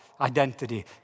Identity